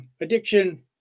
addiction